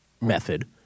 method